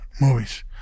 movies